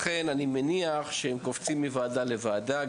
אז לכן, אני מניח שהם קופצים מוועדה לוועדה.